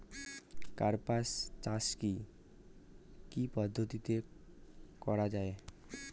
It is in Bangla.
কার্পাস চাষ কী কী পদ্ধতিতে করা য়ায়?